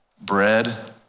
bread